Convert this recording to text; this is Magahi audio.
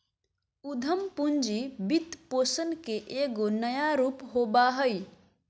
उद्यम पूंजी वित्तपोषण के एगो नया रूप होबा हइ